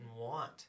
want